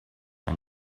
and